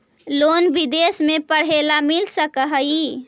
Loan विदेश में पढ़ेला मिल सक हइ?